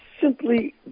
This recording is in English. simply